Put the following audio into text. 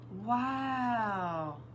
Wow